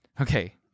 Okay